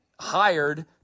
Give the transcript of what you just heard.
hired